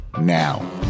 now